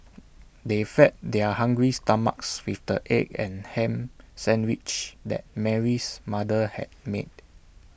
they fed their hungry stomachs with the egg and Ham Sandwiches that Mary's mother had made